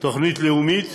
תוכנית לאומית